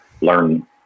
learn